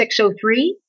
603